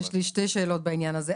יש לי שתי שאלות בעניין הזה.